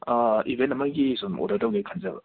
event ꯑꯃꯒꯤ ꯁꯨꯝ order ꯇꯧꯒꯦ ꯈꯟꯖꯕ